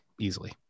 easily